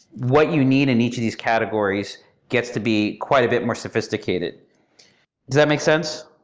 what you need in each of these categories gets to be quite a bit more sophisticated. does that make sense?